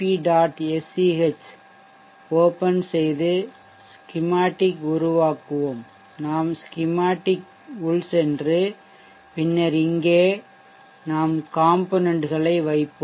sch open செய்து schematic உருவாக்குவோம் நாம் ஸ்கிமாட்டிக் உள் சென்று பின்னர் இங்கே நாம் component களை வைப்போம்